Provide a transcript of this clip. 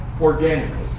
organically